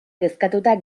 kezkatuta